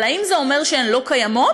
אבל האם זה אומר שהן לא קיימות?